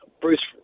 Bruce